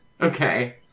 okay